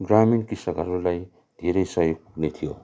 ग्रामीण कृषकहरूलाई धेरै सहयोग पुग्ने थियो